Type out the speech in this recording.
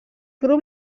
grup